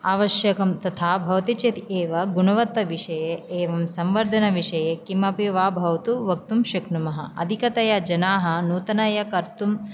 आवश्यकं तथा भवति चेत् एव गुणवत्ता विषये एवं संवर्धनविषये किमपि वा भवतु वक्तुं शक्नुमः अधिकतया जनाः नूतनतया कर्तुं